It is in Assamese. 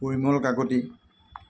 পৰিমল কাকতি